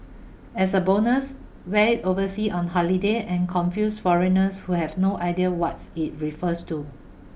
as a bonus wear oversea on holiday and confuse foreigners who have no idea what's it refers to